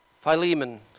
Philemon